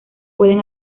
pueden